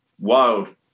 wild